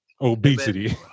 Obesity